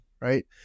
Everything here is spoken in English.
right